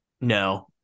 no